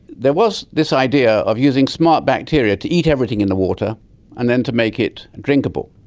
there was this idea of using smart bacteria to eat everything in the water and then to make it drinkable.